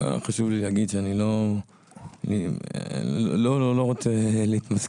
חשוב לי להגיד שאני לא רוצה להתמסכן,